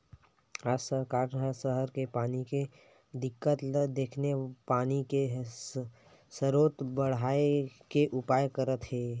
आज सरकार ह सहर के पानी के दिक्कत ल देखके पानी के सरोत बड़हाए के उपाय करत हे